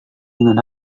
dengan